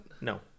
No